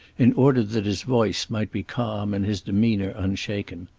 in order that his voice might be calm and his demeanor unshaken.